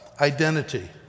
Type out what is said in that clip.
identity